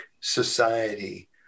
society